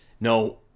No